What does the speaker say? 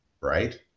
Right